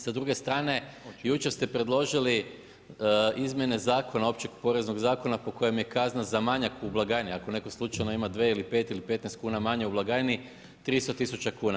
Sa druge strane, jučer ste predložili izmjene Zakona općeg poreznog Zakona po kojem je kazna za manjak u blagajni, ako netko slučajno ima 2 ili 5 ili 15 kuna manje u blagajni, 300 tisuća kuna.